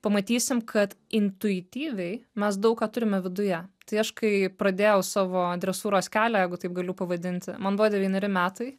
pamatysim kad intuityviai mes daug ką turime viduje tai aš kai pradėjau savo dresūros kelią jeigu taip galiu pavadinti man buvo devyneri metai